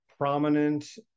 prominent